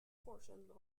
portion